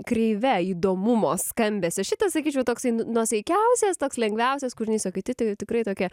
kreive įdomumo skambesio šitas sakyčiau toksai nu nuosaikiausias toks lengviausias kūrinys o kiti tai jau tikrai tokie